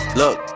look